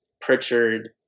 Pritchard